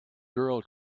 girl